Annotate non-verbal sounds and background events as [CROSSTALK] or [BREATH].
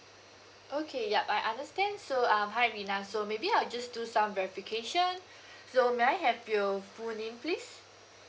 okay ya I understand so um hi rina so maybe I'll just do some verification [BREATH] so may I have your full name please